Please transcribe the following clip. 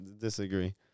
disagree